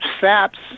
saps